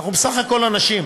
אנחנו בסך הכול אנשים.